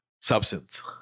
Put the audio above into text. substance